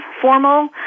formal